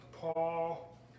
Paul